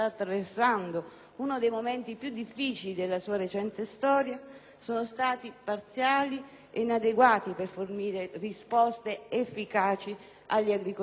uno dei momenti più difficili della sua recente storia sono stati parziali e inadeguati a fornire risposte efficaci agli agricoltori italiani.